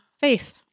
Faith